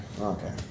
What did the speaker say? Okay